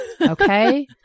Okay